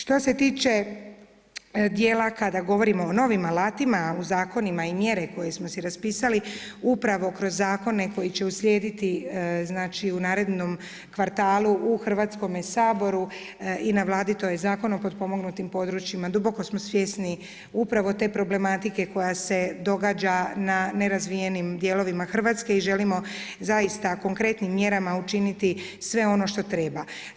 Što se tiče dijela kada govorimo o novim alatima u zakonima i mjere koje smo si raspisali upravo kroz zakone koji će uslijediti u narednom kvartalu u Hrvatskom saboru i na Vladi to je Zakon o potpomognutim područjima, duboko smo svjesni upravo te problematike koja se događa na nerazvijenim dijelovima Hrvatske i želimo zaista konkretnim mjerama učiniti sve ono što treba.